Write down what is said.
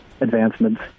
advancements